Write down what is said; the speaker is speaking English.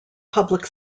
public